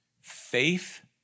Faith